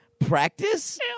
Practice